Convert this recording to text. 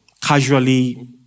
casually